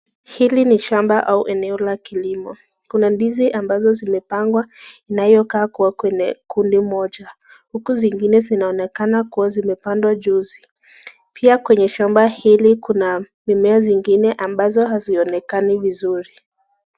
Hili nishamba au eneo la kilimo, kuna ndizi ambazo zimepangwa inayoka kwa kundi moja huku zingine zinaonekana kuwa zimepandwa juzi, pia kwenye shamba hili kuna mimea zingine ambazo hazinaonekani vizuri.